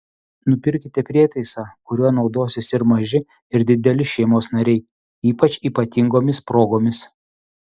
nupirkite prietaisą kuriuo naudosis ir maži ir dideli šeimos nariai ypač ypatingomis progomis